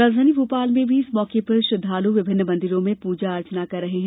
राजधानी भोपाल में भी इस मौके पर श्रद्वाल विभिन्न मंदिरों में पूजा अर्चन कर रहे हैं